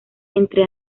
entre